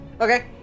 Okay